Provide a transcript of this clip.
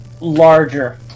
larger